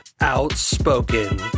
outspoken